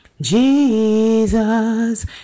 Jesus